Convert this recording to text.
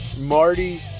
Marty